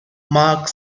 marked